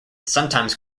sometimes